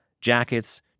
jackets